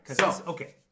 Okay